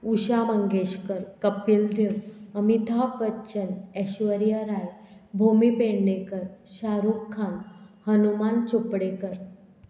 Usha Mangeshkar Kapil Dev Amita Bachchan Aishwarya Rai Bhumi Pednekar Shahrukh Khan Hanuman Chopdekar